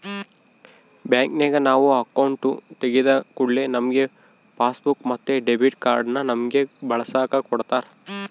ಬ್ಯಾಂಕಿನಗ ನಾವು ಅಕೌಂಟು ತೆಗಿದ ಕೂಡ್ಲೆ ನಮ್ಗೆ ಪಾಸ್ಬುಕ್ ಮತ್ತೆ ಡೆಬಿಟ್ ಕಾರ್ಡನ್ನ ನಮ್ಮಗೆ ಬಳಸಕ ಕೊಡತ್ತಾರ